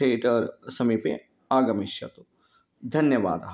theatre समीपे आगमिष्यतु धन्यवादः